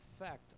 effect